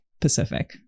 Pacific